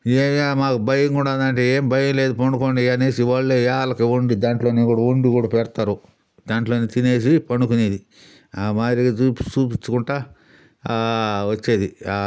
ఏమియా మాకు భయంగా ఉండాది అంటే ఏమి భయం లేదు పడుకోండి అనేసి వాళ్ళే వేళకి వండి దాంట్లోనే వండి కూడా పెడతారు దాంట్లోనే తినేసి పడుకునేది ఆ మాదిరిగా చూపించుకుంటా వచ్చేది